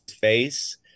face